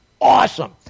awesome